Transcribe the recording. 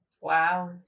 Wow